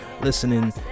listening